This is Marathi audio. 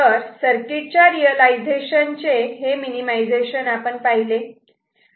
तर सर्किट च्या रियलायझेशन चे हे मिनिमिझेशन आपण पाहिले